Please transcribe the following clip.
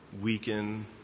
weaken